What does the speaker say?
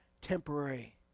temporary